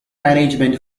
management